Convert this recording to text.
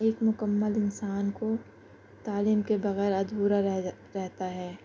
ایک مکمّل انسان کو تعلیم کے بغیر ادھورا رہ جا رہتا ہے